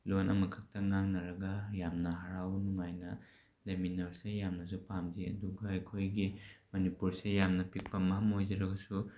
ꯂꯣꯟ ꯑꯃꯈꯛꯇ ꯉꯥꯡꯅꯔꯒ ꯌꯥꯝꯅ ꯍꯔꯥꯎ ꯅꯨꯡꯉꯥꯏꯅ ꯂꯩꯃꯤꯟꯅꯕꯁꯦ ꯌꯥꯝꯅꯁꯨ ꯄꯥꯝꯖꯩ ꯑꯗꯨꯒ ꯑꯩꯈꯣꯏꯒꯤ ꯃꯅꯤꯄꯨꯔꯁꯦ ꯌꯥꯝꯅ ꯄꯤꯛꯄ ꯃꯐꯝ ꯑꯣꯏꯖꯔꯒꯁꯨ